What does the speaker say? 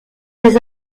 des